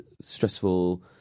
stressful